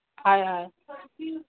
হয় হয়